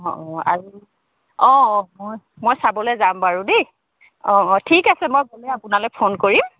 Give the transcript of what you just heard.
অঁ অঁ আৰু অঁ অঁ মই মই চাবলৈ যাম বাৰু দেই অঁ অঁ ঠিক আছে মই গ'লে আপোনালৈ ফোন কৰিম